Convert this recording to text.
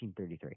1933